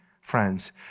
friends